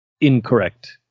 Incorrect